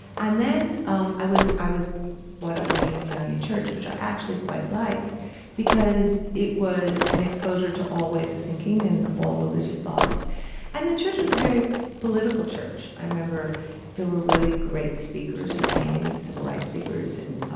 and then um i was i was brought up in the unitarian church which i actually quite liked because it was an exposure to all ways of thinking and all religious thoughts and the church was a very political church. i remember there were really great speakers who came, civil rights speakers and,